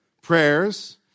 prayers